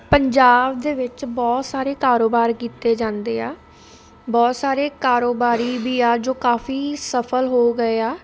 ਪੰਜਾਬ ਦੇ ਵਿੱਚ ਬਹੁਤ ਸਾਰੇ ਕਾਰੋਬਾਰ ਕੀਤੇ ਜਾਂਦੇ ਆ ਬਹੁਤ ਸਾਰੇ ਕਾਰੋਬਾਰੀ ਵੀ ਆ ਜੋ ਕਾਫੀ ਸਫਲ ਹੋ ਗਏ ਆ